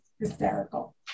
hysterical